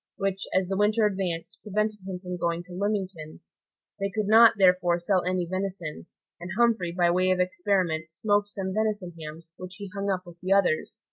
which, as the winter advanced, prevented him from going to lymington they could not, therefore, sell any venison and humphrey, by way of experiment, smoked some venison hams, which he hung up with the others.